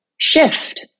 shift